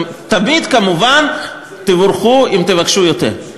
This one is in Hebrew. תמיד, כמובן, תבורכו אם תבקשו יותר.